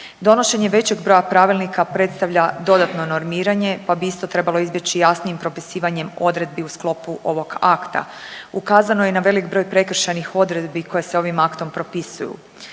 Donošenje većeg broja pravilnika predstavlja dodatno normiranje pa bi isto trebalo izbjeći jasnijim propisivanjem odredbi u sklopu ovog akta. Ukazano je i na velik broj prekršajnih odredbi koje se ovim aktom propisuju.